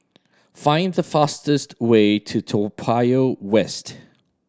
find the fastest way to Toa Payoh West